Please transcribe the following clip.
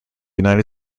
united